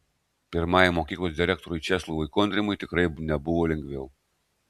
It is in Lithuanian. pirmajam mokyklos direktoriui česlovui kontrimui tikrai nebuvo lengviau